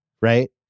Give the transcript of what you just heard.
right